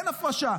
כן הפרשה.